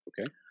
Okay